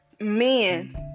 Men